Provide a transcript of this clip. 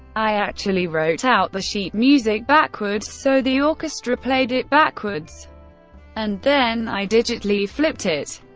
i actually wrote out the sheet music backwards so the orchestra played it backwards and then i digitally flipped it.